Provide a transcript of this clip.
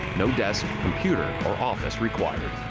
no desk, computer, or office required.